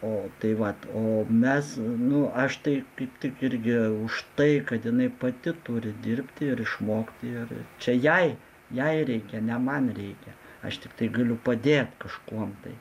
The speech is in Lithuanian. o tai vat o mes nu aš tai kaip tik irgi už tai kad jinai pati turi dirbti ir išmokti ir čia jai jai reikia ne man reikia aš tiktai galiu padėt kažkuom tai